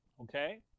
Okay